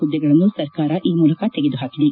ಹುದ್ದೆಗಳನ್ನು ಸರ್ಕಾರ ಈ ಮೂಲಕ ತೆಗೆದುಹಾಕಿದೆ